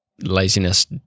laziness